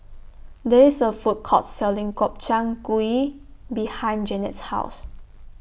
There IS A Food Court Selling Gobchang Gui behind Janet's House